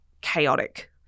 chaotic